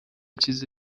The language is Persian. چیز